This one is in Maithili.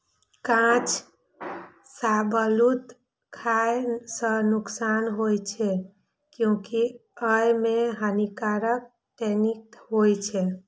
कांच शाहबलूत खाय सं नुकसान होइ छै, कियैकि अय मे हानिकारक टैनिन होइ छै